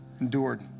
endured